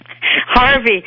Harvey